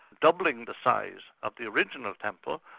doubling the size of the original temple,